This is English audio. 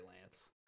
Lance